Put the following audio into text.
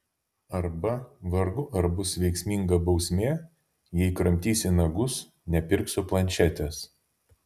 arba vargu ar bus veiksminga bausmė jei kramtysi nagus nepirksiu planšetės